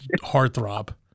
heartthrob